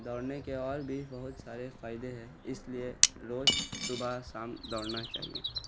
دوڑنے کے اور بھی بہت سارے فائدے ہیں اس لیے روز صبح سام دوڑنا چاہیے